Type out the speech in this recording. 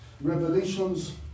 Revelations